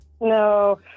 No